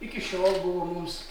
iki šiol mums